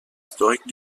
historique